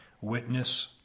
witness